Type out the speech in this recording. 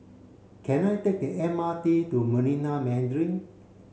can I take the M R T to Marina Mandarin